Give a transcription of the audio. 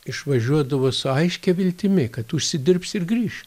išvažiuodavo su aiškia viltimi kad užsidirbs ir grįš